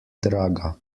draga